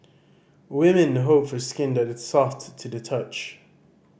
women hope for skin that is soft to the touch